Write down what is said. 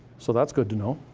so that's good to know.